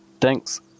thanks